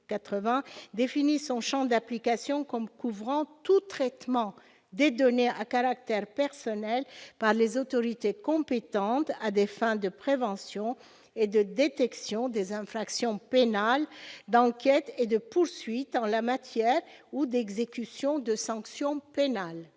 définit son champ d'application comme couvrant tout « traitement des données à caractère personnel par les autorités compétentes à des fins de prévention et de détection des infractions pénales, d'enquêtes et de poursuites en la matière ou d'exécution de sanctions pénales